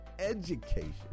education